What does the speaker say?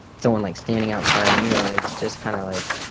someone like standing outside and you know and it's just kind of like